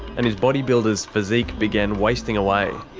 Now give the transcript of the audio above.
and his bodybuilder's physique began wasting away.